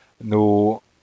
no